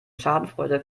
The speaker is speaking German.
schadenfreude